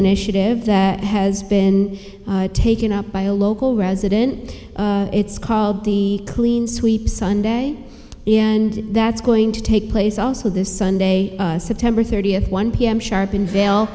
initiative that has been taken up by a local resident it's called the clean sweep sunday and that's going to take place also this sunday september thirtieth one p m sharp in va